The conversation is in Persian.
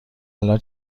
الان